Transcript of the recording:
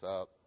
up